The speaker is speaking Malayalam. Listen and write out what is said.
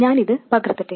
ഞാൻ ഇത് പകർത്തട്ടെ